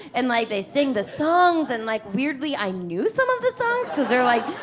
and like they sing the songs. and like weirdly, i knew some of the songs cause they were like,